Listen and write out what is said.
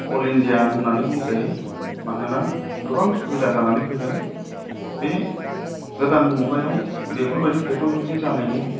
अल India होननानै बुंजायो मानोना गोबां सुबिदा जानानै फैदों बे गोदान मुगायाव बेफोरबायदि टेकनलजि जानायनि